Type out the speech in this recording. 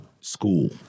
school